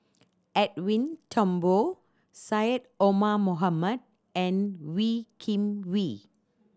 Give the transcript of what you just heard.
Edwin Thumboo Syed Omar Mohamed and Wee Kim Wee